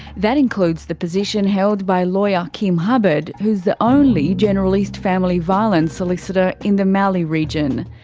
that includes the position held by lawyer kim hubbard, who's the only generalist family violence solicitor in the mallee region.